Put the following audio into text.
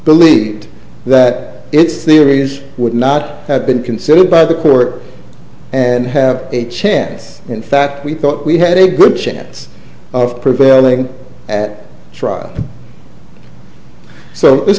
believe that its theories would not have been considered by the court and have a chance in fact we thought we had a good chance of prevailing at trial so